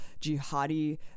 jihadi